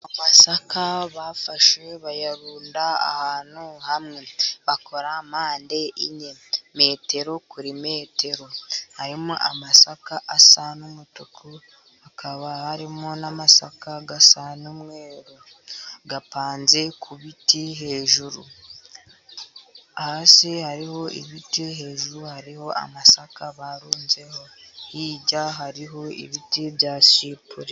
Amasaka bafashe bayarunda ahantu hamwe bakora mpande enye, metero kuri metero harimo amasaka asa n'umutuku, hakaba harimo n'amasaka asa n'umweru apanze ku biti hejuru, hasi hariho ibiti, hejuru hariho amasaka barunzeho, hirya hariho ibiti bya shipuri.